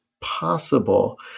possible